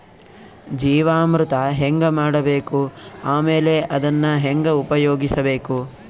ಜೀವಾಮೃತ ಹೆಂಗ ಮಾಡಬೇಕು ಆಮೇಲೆ ಅದನ್ನ ಹೆಂಗ ಉಪಯೋಗಿಸಬೇಕು?